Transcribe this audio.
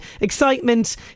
excitement